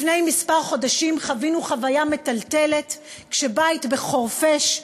לפני כמה חודשים חווינו חוויה מטלטלת כשבית בחורפיש,